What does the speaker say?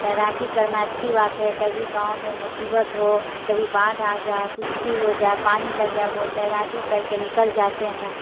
تیراکی کرنا اچھی بات ہے کبھی گاؤں میں مصیبت ہو کبھی باڑھ آ جائے کچھ بھی ہو جائے پانی لگ جائے وہ تیراکی کر کے نکل جاتے ہیں